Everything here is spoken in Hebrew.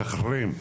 משחררים,